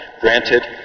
granted